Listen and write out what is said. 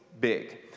big